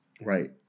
Right